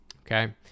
okay